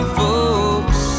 folks